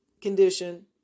condition